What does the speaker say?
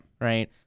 Right